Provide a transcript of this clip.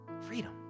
Freedom